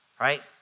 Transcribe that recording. right